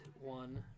one